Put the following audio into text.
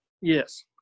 Yes